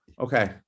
okay